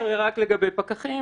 ואך ורק לגבי פקחים,